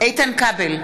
איתן כבל,